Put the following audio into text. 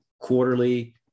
quarterly